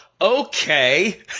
Okay